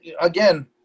again